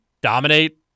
dominate